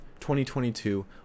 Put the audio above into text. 2022